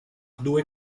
doe